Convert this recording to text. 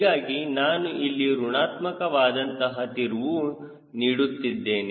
ಹೀಗಾಗಿ ನಾನು ಇಲ್ಲಿ ಋಣಾತ್ಮಕವಾದಂತಹ ತಿರುವು ನೀಡುತ್ತಿದ್ದೇನೆ